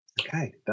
Okay